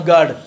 God